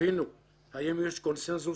יש הבדל גדול.